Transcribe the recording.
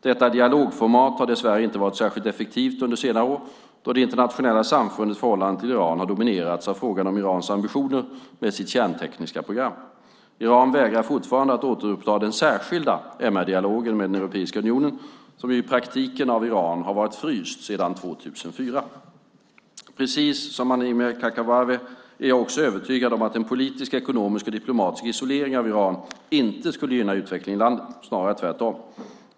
Detta dialogformat har dessvärre inte varit särskilt effektivt under senare år, då det internationella samfundets förhållande till Iran dominerats av frågan om Irans ambitioner med sitt kärntekniska program. Iran vägrar fortfarande att återuppta den särskilda MR-dialogen med Europeiska unionen, som i praktiken varit fryst av Iran sedan 2004. Precis som Amineh Kakabaveh är jag övertygad om att en politisk, ekonomisk och diplomatisk isolering av Iran inte skulle gynna utvecklingen i landet, snarare tvärtom.